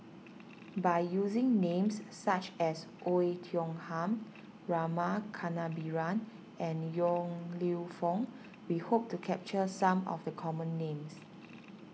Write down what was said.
by using names such as Oei Tiong Ham Rama Kannabiran and Yong Lew Foong we hope to capture some of the common names